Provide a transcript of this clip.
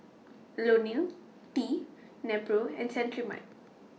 Ionil T Nepro and Cetrimide